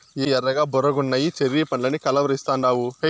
ఏమి ఎర్రగా బుర్రగున్నయ్యి చెర్రీ పండ్లని కలవరిస్తాండావు